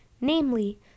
namely